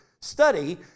study